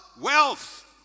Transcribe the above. wealth